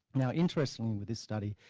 now interesting with this study,